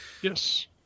Yes